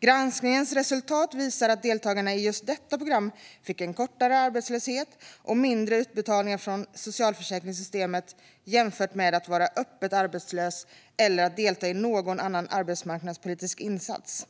Granskningens resultat visar att deltagarna i just detta program fick en kortare arbetslöshet och färre utbetalningar från socialförsäkringssystemet jämfört med personer som var öppet arbetslösa eller deltog i någon annan arbetsmarknadspolitisk insats.